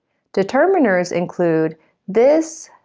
determiners include this,